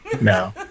No